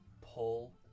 pull